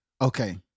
Okay